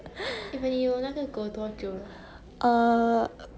err